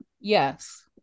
yes